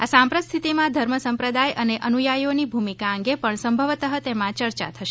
આ સાંપ્રત સ્થિતિમાં ધર્મ સંપ્રદાય અને અનુયાયીઓની ભૂમિકા અંગે પણ સંભવતઃ તેમાં ચર્ચા થશે